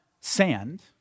sand